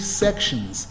sections